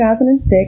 2006